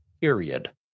period